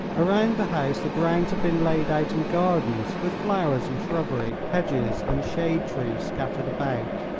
around the house the grounds had been laid out in gardens, with flowers and shrubbery, hedges and shade trees scattered about.